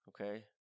okay